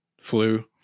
flu